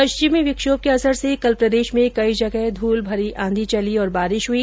पश्चिमी विक्षोभ के असर से कल प्रदेश में कई जगह धूलभरी आंधी चली और बारिश हुई